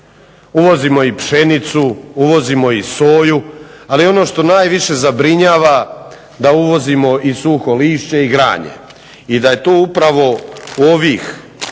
uvozimo i pšenicu, i soju ali ono što najviše zabrinjava da uvozimo suho lišće i granje